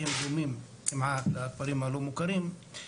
אנחנו